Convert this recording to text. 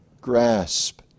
grasp